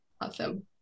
awesome